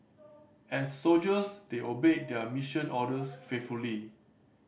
as soldiers they obeyed their mission orders faithfully